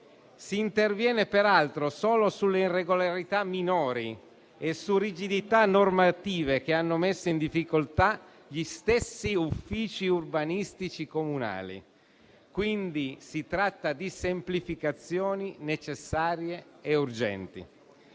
Si interviene peraltro solo sulle irregolarità minori e su rigidità normative che hanno messo in difficoltà gli stessi uffici urbanistici comunali, quindi si tratta di semplificazioni necessarie e urgenti.